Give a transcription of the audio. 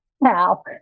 now